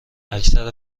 اکثر